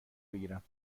بگیرم